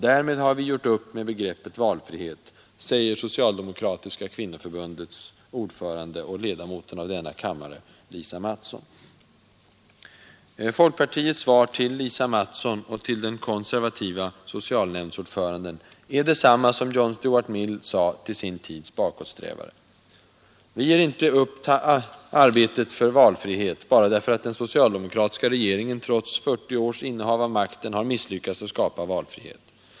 Därmed har vi gjort upp med begreppet valfrihet”, säger socialdemokratiska kvinnoförbundets ordförande och ledamoten av denna kammare Lisa Mattson. Folkpartiets svar till Lisa Mattson och till den konservativa socialnämndsordföranden är detsamma som John Stuart Mill sade till sin tids bakåtsträvare. Vi ger inte upp arbetet på valfrihet bara för att den socialdemokratiska regeringen trots 40 års innehav av makten har misslyckats med att skapa valfrihet.